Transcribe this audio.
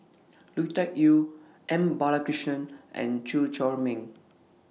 Lui Tuck Yew M Balakrishnan and Chew Chor Meng